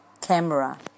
camera